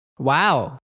Wow